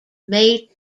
made